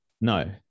no